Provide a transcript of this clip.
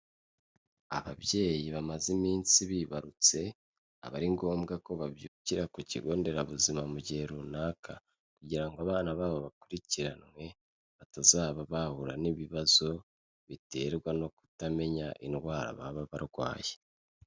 Ababyeyi bamaze iminsi bibarutse, aba ari ngombwa ko babyukira ku kigo nderabuzima mu gihe runaka, kugira ngo abana babo bakurikiranwe, batazaba bahura n'ibibazo biterwa no kutamenya indwara baba barwaye.